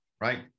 right